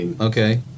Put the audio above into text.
Okay